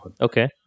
Okay